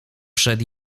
przed